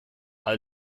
all